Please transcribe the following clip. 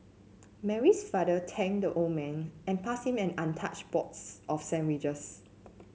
Mary's father thanked the old man and passed him an untouched box of sandwiches